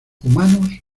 humanos